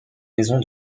maison